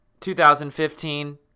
2015